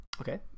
Okay